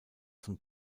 zum